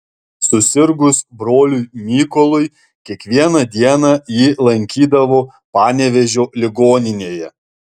susirgus broliui mykolui kiekvieną dieną jį lankydavo panevėžio ligoninėje